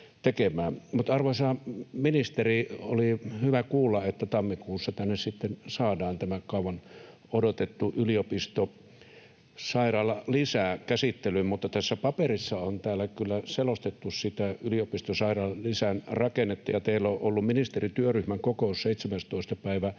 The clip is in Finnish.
Arvoisa ministeri! Oli hyvä kuulla, että tammikuussa tänne sitten saadaan tämä kauan odotettu yliopistosairaalalisä käsittelyyn. Tässä paperissa on kyllä selostettu sitä yliopistosairaalalisän rakennetta, mutta kun teillä on ollut ministerityöryhmän kokous 17. päivä